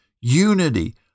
unity